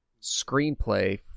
screenplay